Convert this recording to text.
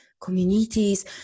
communities